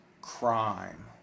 crime